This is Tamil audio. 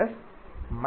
e